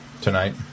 tonight